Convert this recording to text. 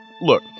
Look